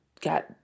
got